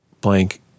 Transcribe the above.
blank